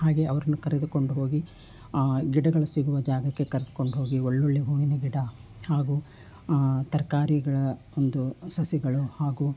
ಹಾಗೇ ಅವ್ರನ್ನು ಕರೆದುಕೊಂಡು ಹೋಗಿ ಆ ಗಿಡಗಳು ಸಿಗುವ ಜಾಗಕ್ಕೆ ಕರ್ದ್ಕೊಂಡು ಹೋಗಿ ಒಳ್ಳೊಳ್ಳೆಯ ಹೂವಿನ ಗಿಡ ಹಾಗೂ ತರಕಾರಿಗಳ ಒಂದು ಸಸಿಗಳು ಹಾಗೂ